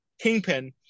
Kingpin